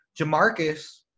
Jamarcus